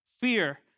fear